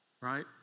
right